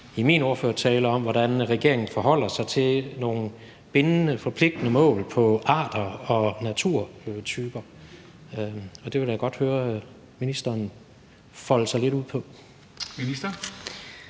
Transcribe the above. i min ordførertale om, hvordan regeringen forholder sig til nogle bindende, forpligtende mål for arter og naturtyper. Og det vil jeg da godt høre ministeren folde sig lidt ud om.